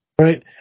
Right